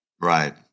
Right